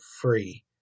free